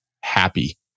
happy